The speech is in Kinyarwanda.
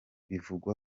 bivugwa